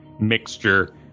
mixture